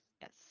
Yes